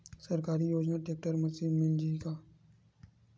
सरकारी योजना tractor machine मिल जाही का?